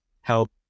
help